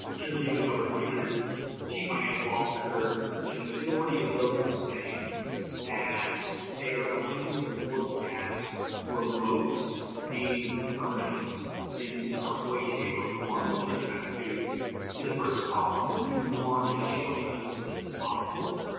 interviewing over three hundred chief financial officers, and a majority of those are saying that they are going to look at remote being permanent in some way, shape, or form which gets back to to the first column. the new norm is showing us that this is possible.